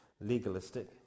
legalistic